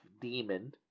demon